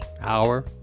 hour